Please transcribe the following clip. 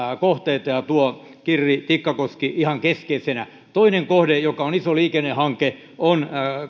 kohteita ja tuo kirri tikkakoski ihan keskeisenä toinen kohde joka on iso liikennehanke on